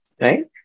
Right